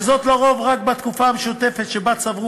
וזאת לרוב רק אם התקופה המשותפת שבה צברו